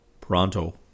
Pronto